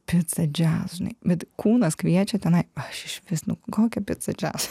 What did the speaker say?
pica džiaz žinai bet kūnas kviečia tenai aš išvis nu kokiapica džiaz